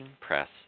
press